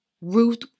Ruth